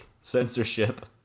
Censorship